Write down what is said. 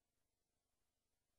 מהמיקרופון.